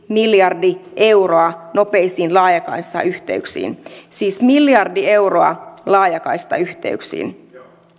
miljardi euroa nopeisiin laajakaistayhteyksiin siis miljardi euroa laajakaistayhteyksiin